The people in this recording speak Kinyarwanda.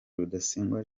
rudasingwa